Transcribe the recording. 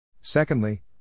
Secondly